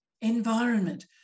environment